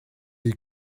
est